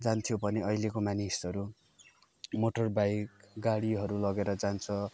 जान्थ्यो भने अहिलेको मानिसहरू मोटर बाइक गाडीहरू लगेर जान्छ